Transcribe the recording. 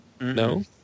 No